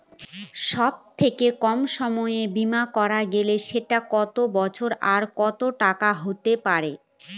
সব থেকে কম সময়ের বীমা করা গেলে সেটা কত বছর আর কত টাকার হতে পারে?